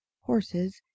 horses